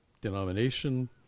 denomination